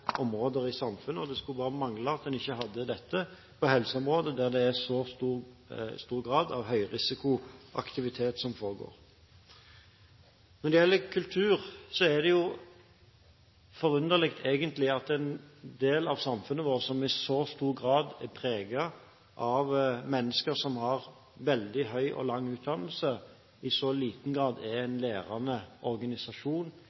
områder i samfunnet. Det skulle bare mangle at en ikke hadde dette på helseområdet der det er så stor grad av høyrisikoaktivitet som foregår. Når det gjelder kultur, er det egentlig forunderlig at en del av samfunnet vårt som i så stor grad er preget av mennesker med veldig høy og lang utdannelse, i så liten grad er